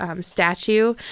statue